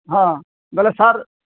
ହଁ ବେଲେ ସାର୍